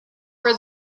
for